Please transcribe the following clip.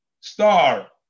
star